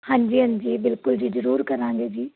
ਹਾਂਜੀ ਹਾਂਜੀ ਬਿਲਕੁਲ ਜੀ ਜਰੂਰ ਕਰਾਂਗੇ ਜੀ